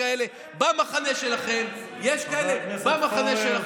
חבר הכנסת פורר.